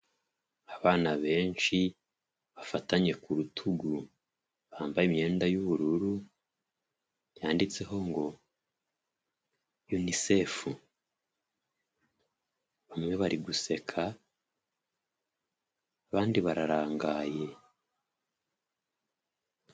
Abana benshi bafatanye ku rutugu, bambaye imyenda y'ubururu yanditseho ngo unicef, bamwe bari guseka abandi bararangaye.